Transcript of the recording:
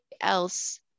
else